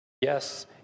Yes